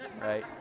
right